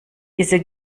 diese